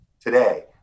today